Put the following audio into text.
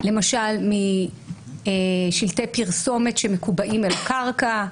למשל משלטי פרסומת שמקובעים על קרקע,